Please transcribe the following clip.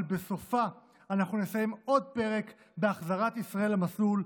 אבל בסופה אנחנו נסיים עוד פרק בהחזרת ישראל למסלול,